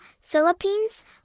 Philippines